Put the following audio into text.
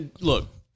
look